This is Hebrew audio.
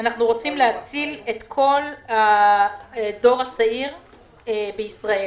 כדי להציל את כל הדור הצעיר בישראל.